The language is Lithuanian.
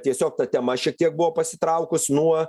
tiesiog ta tema šiek tiek buvo pasitraukus nuo